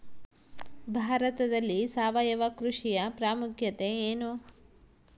ಭಾರತದಲ್ಲಿ ಸಾವಯವ ಕೃಷಿಯ ಪ್ರಾಮುಖ್ಯತೆ ಎನು?